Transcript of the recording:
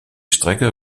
strecke